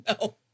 No